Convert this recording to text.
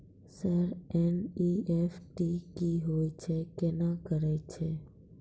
Sir NEFT की होय छै, केना करे छै?